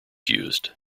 used